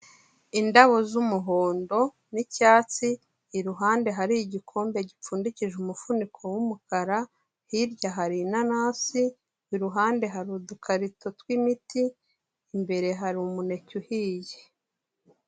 Indabo z'umuhondo n'icyatsi, iruhande hari igikombe gipfundikije umufuniko w'umukara, hirya hari inanasi, iruhande hari udukarito tw'imiti, imbere hari umuneke uhiye.